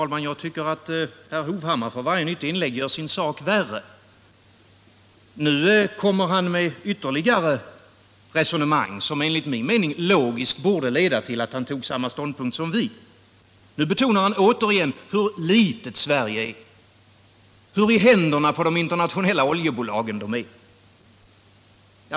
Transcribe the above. den privata bensin Herr talman! Herr Hovhammar gör för varje nytt inlägg sin sak värre. — och oljehandeln Nu kommer han med ytterligare resonemang, som enligt min mening logiskt borde leda till att han tog samma ståndpunkt som vi. Han betonar återigen hur litet Sverige är, hur i händerna på de internationella oljebolagen vi är.